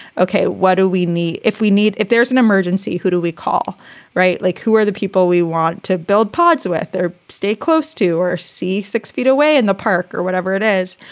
ok, what do we need? if we need if there's an emergency, who do we call write like who are the people we want to build pods with or stay close to or see six feet away in the park or whatever it is.